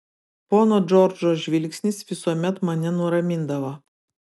pono džordžo žvilgsnis visuomet mane nuramindavo